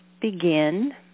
begin